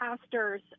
pastors